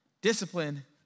Discipline